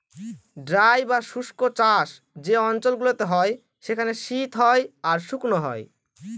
dry বা শুস্ক চাষ যে অঞ্চল গুলোতে হয় সেখানে শীত হয় আর শুকনো হয়